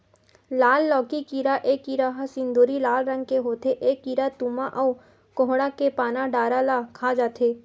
लाल लौकी कीरा ए कीरा ह सिंदूरी लाल रंग के होथे ए कीरा तुमा अउ कोड़हा के पाना डारा ल खा जथे